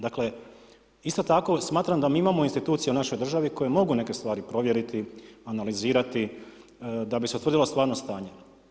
Dakle, isto tako smatram da imamo institucije u našoj državi koje mogu neke stvari provjeriti, analizirati, da bi se utvrdilo stvarno stanje.